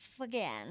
again